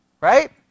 right